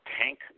Tank